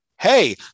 hey